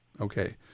Okay